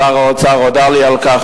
שר האוצר הודה לי על כך,